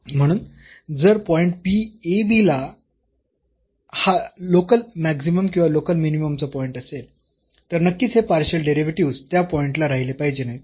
म्हणून जर पॉईंट हा लोकल मॅक्सिमम किंवा लोकल मिनिममचा पॉईंट असेल तर नक्कीच हे पार्शियल डेरिव्हेटिव्हस् त्या पॉईंटला राहिले पाहिजे नाहीत